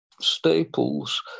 staples